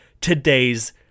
today's